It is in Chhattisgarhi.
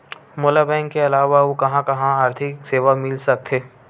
मोला बैंक के अलावा आऊ कहां कहा आर्थिक सेवा मिल सकथे?